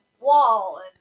wall